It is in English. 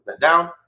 down